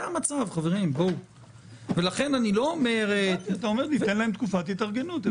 ניתנה להם תקופת התארגנות.